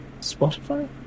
Spotify